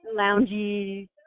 loungy